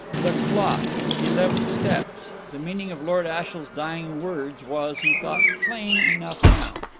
the clock eleven steps. the meaning of lord ashiel's dying words was, he thought, plain enough now.